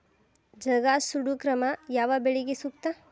ಜಗಾ ಸುಡು ಕ್ರಮ ಯಾವ ಬೆಳಿಗೆ ಸೂಕ್ತ?